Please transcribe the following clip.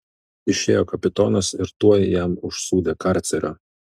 išėjo kapitonas ir tuoj jam užsūdė karcerio